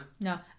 No